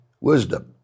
Wisdom